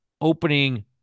opening